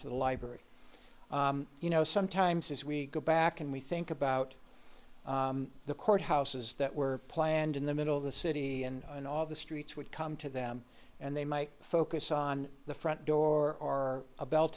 for the library you know sometimes as we go back and we think about the courthouses that were planned in the middle of the city and and all the streets would come to them and they might focus on the front door or a bel